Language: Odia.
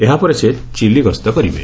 ଏହା ପରେ ସେ ଚିଲି ଗସ୍ତ କରିବେ